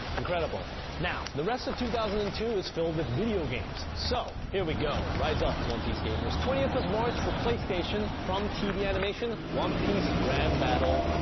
incredible, now the rest of two thousand and two is filled with video games, so here we go, rise up, one piece gamers, twentieth of march, for playstation from tv animation one piece grand battle!